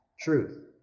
truth